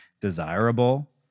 desirable